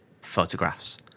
photographs